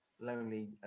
lonely